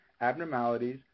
abnormalities